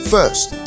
First